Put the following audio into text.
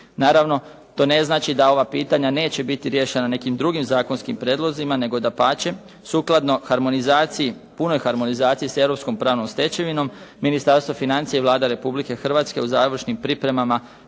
Naravno, to ne znači da ova pitanja neće biti riješena nekim drugim zakonskim prijedlozima, nego dapače. Sukladno puno harmonizaciji s europskom pravnom stečevinom, Ministarstvo financija i Vlada Republike Hrvatske u završnim pripremama